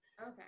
Okay